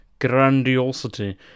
Grandiosity